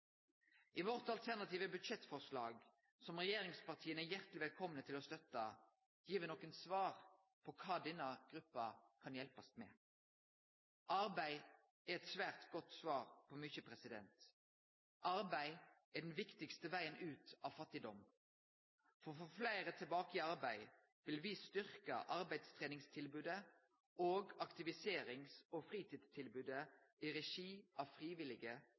I vårt alternative budsjettforslag, som regjeringspartia er hjarteleg velkomne til å støtte, gir vi nokre svar på kva denne gruppa kan hjelpast med. Arbeid er eit svært godt svar på mykje. Arbeid er den viktigaste vegen ut av fattigdom. For å få fleire tilbake i arbeid vil me styrke arbeidstreningstilbodet og aktiviserings- og fritidstilbodet i regi av frivillige